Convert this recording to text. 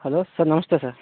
hello sir నమస్తే sir